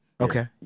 Okay